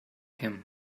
him